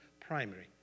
primary